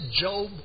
Job